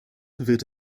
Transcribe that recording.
wird